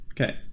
Okay